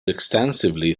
extensively